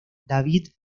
david